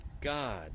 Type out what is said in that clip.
God